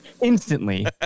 instantly